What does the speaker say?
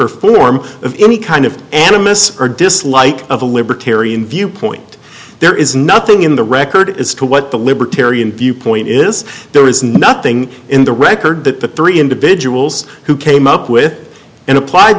or form of any kind of animus or dislike of a libertarian viewpoint there is nothing in the record as to what the libertarian viewpoint is there is nothing in the record that the three individuals who came up with and applied